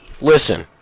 listen